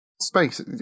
space